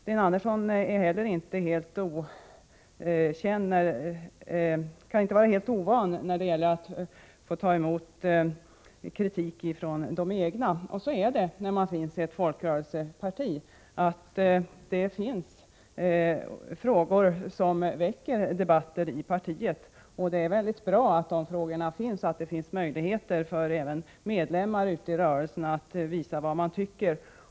Sten Andersson kan inte vara helt ovan vid att få ta emot kritik från de egna. Så är det när man verkar i ett folkrörelseparti. Det finns frågor som väcker debatt i partiet, och det är väldigt bra att det finns möjligheter även för medlemmar ute i rörelsen att visa vad de tycker.